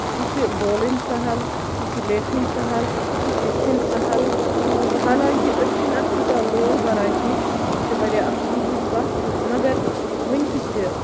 یہِ چھِ بولٔنۍ سَہَل یہِ چھِ لیکھٕنۍ سَہَل یہِ چھِ ہٮ۪چھٕنۍ سَہَل حالنکہِ أسۍ چھِنہٕ اَتھ تیوٗتاہ لول بَران کیٚنہہ یہِ چھِ واریاہ اَفصوٗسٕچ کَتھ مَگر ؤنۍ تہِ چھِ